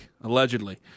Allegedly